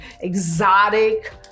exotic